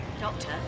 Doctor